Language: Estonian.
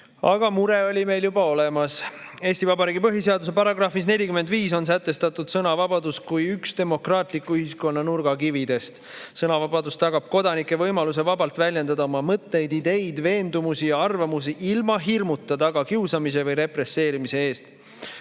aga mure oli meil juba olemas. Eesti Vabariigi põhiseaduse §‑s 45 on sätestatud sõnavabadus kui üks demokraatliku ühiskonna nurgakividest. Sõnavabadus tagab kodanike võimaluse vabalt väljendada oma mõtteid, ideid, veendumusi ja arvamusi ilma hirmuta tagakiusamise või represseerimise ees.